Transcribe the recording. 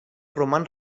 roman